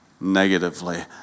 negatively